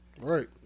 right